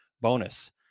Bonus